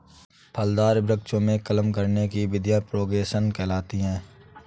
फलदार वृक्षों में कलम करने की विधियां प्रोपेगेशन कहलाती हैं